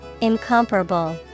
incomparable